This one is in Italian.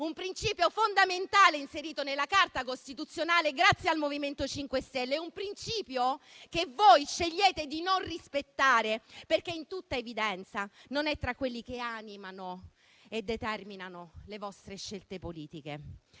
un principio fondamentale inserito nella Carta costituzionale grazie al MoVimento 5 Stelle; un principio che voi scegliete di non rispettare, perché in tutta evidenza non è tra quelli che animano e determinano le vostre scelte politiche.